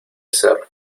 ser